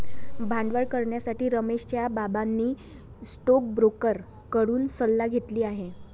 भांडवल करण्यासाठी रमेशच्या बाबांनी स्टोकब्रोकर कडून सल्ला घेतली आहे